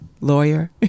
lawyer